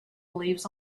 leaves